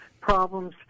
problems